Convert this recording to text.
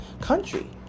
country